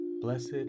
Blessed